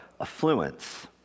affluence